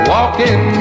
Walking